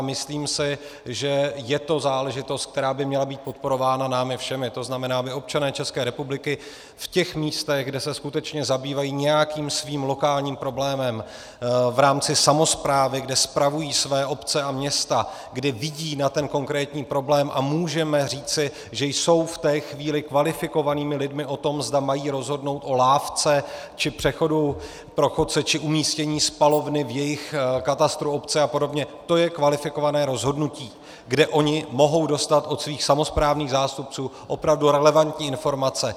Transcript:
Myslím si, že je to záležitost, která by měla být podporována námi všemi, to znamená, aby občané České republiky v těch místech, kde se skutečně zabývají nějakým svým lokálním problémem v rámci samosprávy, kde spravují své obce a města, kdy vidí na ten konkrétní problém a můžeme říci, že jsou v té chvíli kvalifikovanými lidmi o tom, zda mají rozhodnout o lávce či přechodu pro chodce či umístění spalovny v jejich katastru obce a podobně, to je kvalifikované rozhodnutí, kde oni mohou dostat od svých samosprávných zástupců opravdu relevantní informace.